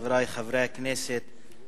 חברי חברי הכנסת,